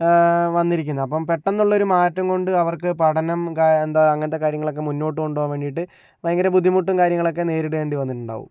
വന്നിരിക്കുന്നത് അപ്പോൾ പെട്ടെന്ന് ഉള്ളൊരു മാറ്റം കൊണ്ട് അവർക്ക് പഠനം ക എന്താ അങ്ങനത്തെ കാര്യങ്ങളൊക്കെ മുന്നോട്ട് കൊണ്ടുപോവാൻ വേണ്ടിയിട്ട് ഭയങ്കര ബുദ്ധിമുട്ടും കാര്യങ്ങളൊക്ക നേരിടേണ്ടി വന്നിട്ടുണ്ടാകും